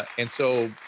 and so,